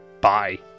Bye